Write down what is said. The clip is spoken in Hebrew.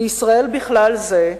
וישראל בכלל זה,